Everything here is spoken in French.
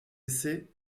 essais